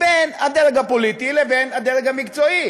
בין הדרג הפוליטי לבין הדרג המקצועי,